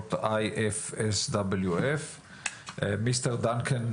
הריבוניות IFSWF. (עובר לשפה האנגלית,